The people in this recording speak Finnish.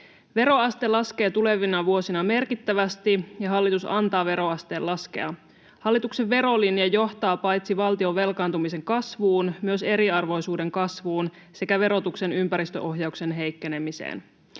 Veroaste laskee tulevina vuosina merkittävästi, ja hallitus antaa veroasteen laskea. Hallituksen verolinja johtaa paitsi valtion velkaantumisen kasvuun myös eriarvoisuuden kasvuun sekä verotuksen ympäristöohjauksen heikkenemiseen.